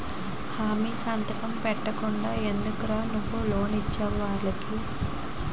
హామీ సంతకం పెట్టకుండా ఎందుకురా నువ్వు లోన్ ఇచ్చేవు వాళ్ళకి